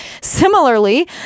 similarly